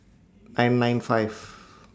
nine nine five